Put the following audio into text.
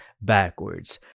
backwards